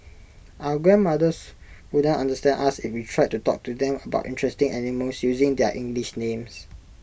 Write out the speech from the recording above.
our grandmothers wouldn't understand us if we tried to talk to them about interesting animals using their English names